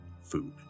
food